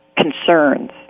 concerns